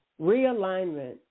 realignment